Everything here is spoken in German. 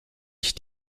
ich